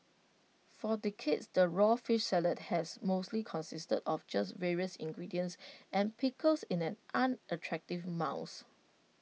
for decades the raw fish salad has mostly consisted of just various ingredients and pickles in an unattractive mounds